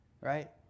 right